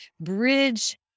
bridge